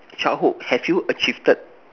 childhood have you achieved